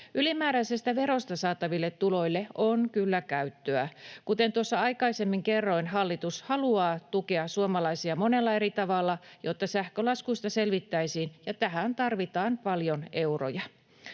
Ylimääräisestä verosta saataville tuloille on kyllä käyttöä. Kuten tuossa aikaisemmin kerroin, hallitus haluaa tukea suomalaisia monella eri tavalla, jotta sähkölaskuista selvittäisiin, ja tähän tarvitaan paljon euroja.